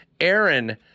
Aaron